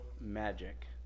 magic